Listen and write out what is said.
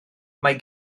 mae